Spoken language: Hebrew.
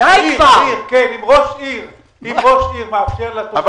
אם ראש עירייה מאפשר לתושבים --- אבל